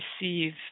receive